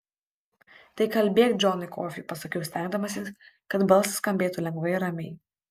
tai kalbėk džonai kofį pasakiau stengdamasis kad balsas skambėtų lengvai ir ramiai